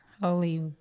Holy